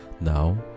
Now